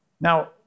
Now